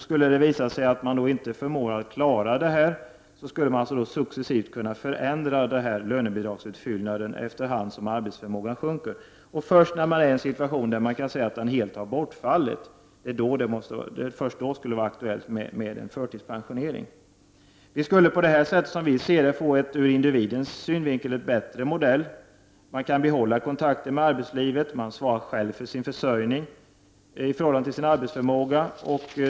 Skulle det visa sig att man inte förmår att klara sitt åtagande, skulle lönebidragsutfyllnaden successivt kunna förändras efter hand som arbetsförmågan sjunker. Först när arbetsförmågan helt har bortfallit skulle det vara aktuellt med förtidspensionering. Vi skulle på detta sätt få en ur individens synvinkel bättre modell. Man kan behålla kontakten med arbetslivet, och man svarar själv för sin försörjning i förhållande till sin arbetsförmåga.